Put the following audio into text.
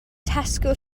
tesco